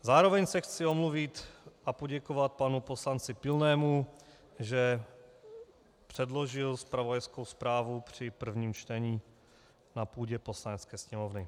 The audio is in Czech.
Zároveň se chci omluvit a poděkovat panu poslanci Pilnému, že předložil zpravodajskou zprávu při prvním čtení na půdě Poslanecké sněmovny.